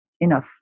enough